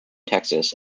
texas